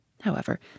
However